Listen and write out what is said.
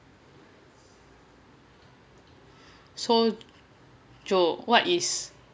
so jo what is